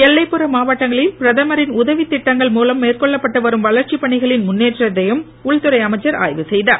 எல்லைப்புற மாவட்டங்களில் பிரதமரின் உதவி திட்டங்கள் மூலம் மேற்கொள்ளப்பட்டு வரும் வளர்ச்சி பணிகளின் முன்னேற்றத்தையும் உள்துறை அமைச்சர் ஆய்வு செய்தார்